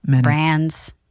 brands